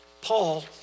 Paul